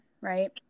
Right